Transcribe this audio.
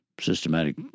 systematic